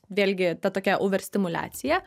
vėlgi ta tokia over stimuliacija